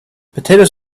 potatoes